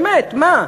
באמת, מה?